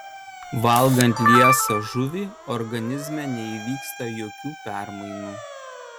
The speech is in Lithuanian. valgant liesą žuvį organizme neįvyksta jokių permainų